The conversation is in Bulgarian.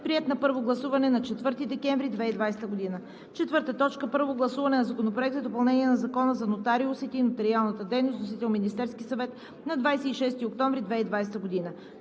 Приет на първо гласуване на 4 декември 2020 г. 4. Първо гласуване на Законопроекта за допълнение на Закона за нотариусите и нотариалната дейност. Вносител – Министерският съвет на 26 октомври 2020 г.